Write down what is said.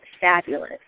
fabulous